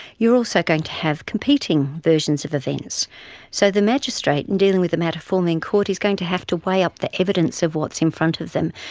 you are also going to have competing versions of events. so the magistrate, in dealing with the matter formally in court, is going to have to weigh up the evidence of what's in front of them.